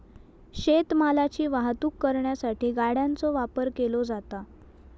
शेत मालाची वाहतूक करण्यासाठी गाड्यांचो वापर केलो जाता